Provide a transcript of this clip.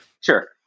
Sure